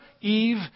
eve